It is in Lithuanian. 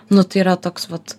nu tai yra toks vat